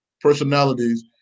personalities